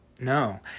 no